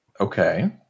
Okay